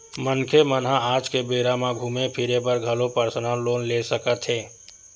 मनखे मन ह आज के बेरा म घूमे फिरे बर घलो परसनल लोन ले सकत हे